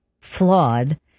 flawed